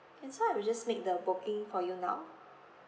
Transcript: can so I will just make the booking for you now